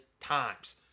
times